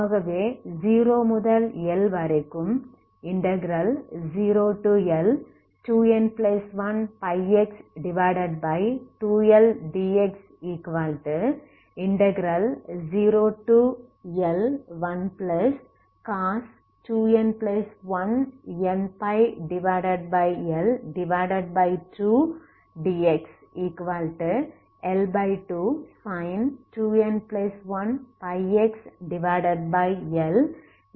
ஆகவே 0 முதல் L வரைக்கும் 0L2n1πx2L dx0L1cos 2n1πxL 2dxL2sin 2n1πxL